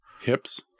hips